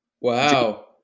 Wow